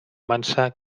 mansa